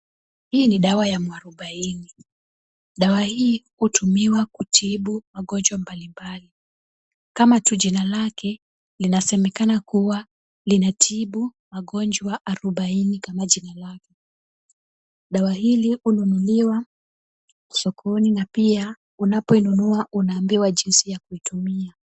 Hii ni dawa ya mwarubaini. Dawa hii hutumiwa kutibu magonjwa mbalimbali kama tu jina lake linasemekana kuwa linatibu magonjwa arubaini kama jina lake. Dawa hili hununuliwa sokoni na pia unapoinunua unaambiwa jinsi ya kuitumia.